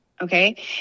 okay